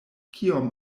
kiom